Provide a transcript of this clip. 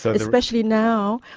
so especially now,